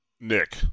Nick